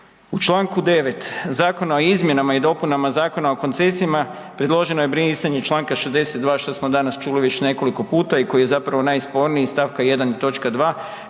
U čl. 9. zakona o izmjenama i dopunama Zakona o koncesijama, predloženo je brisanje čl. 62. što smo danas čuli već nekoliko puta i koji je zapravo najsporniji iz stavka 1.